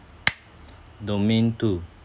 domain two